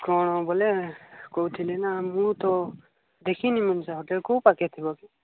କ'ଣ ବୋଲେ କହୁଥିଲି ନା ମୁଁ ତ ଦେଖିନି ମନୀଷା ହୋଟେଲ୍ କୋଉ ପାଖେ ଥିବ କି